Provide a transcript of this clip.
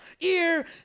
ear